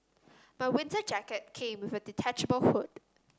my winter jacket came with a detachable hood